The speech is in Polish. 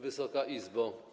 Wysoka Izbo!